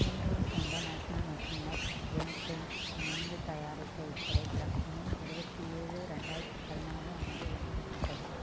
Eros International மற்றும் Next Gen Films இணைந்து தயாரித்த இத்திரைப்படம் மே இருபத்தி ஏழு ரெண்டாயிரத்தி பதினாறு அன்று வெளியிடப்பட்டது